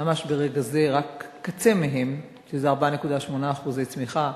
ממש ברגע זה, רק קצה מהם, שזה 4.8% צמיחה,